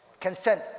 Consent